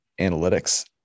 analytics